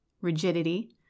rigidity